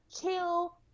chill